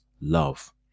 love